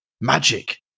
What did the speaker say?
magic